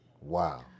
Wow